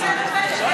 איזה פשע?